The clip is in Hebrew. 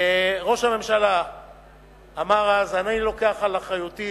וראש הממשלה אמר אז: אני לוקח על אחריותי